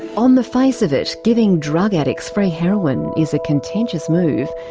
on the face of it, giving drug addicts free heroin is a contentious move,